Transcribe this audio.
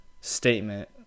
statement